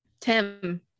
tim